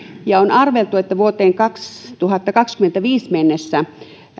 ja on arveltu että vuoteen kaksituhattakaksikymmentäviisi mennessä